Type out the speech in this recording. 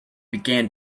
began